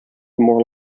moral